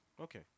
Okay